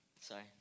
Sorry